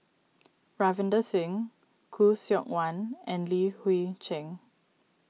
Ravinder Singh Khoo Seok Wan and Li Hui Cheng